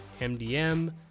MDM